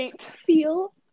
feel